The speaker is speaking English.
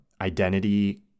identity